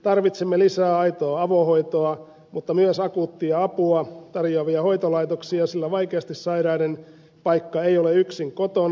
tarvitsemme lisää aitoa avohoitoa mutta myös akuuttia apua tarjoavia hoitolaitoksia sillä vaikeasti sairaiden paikka ei ole yksin kotona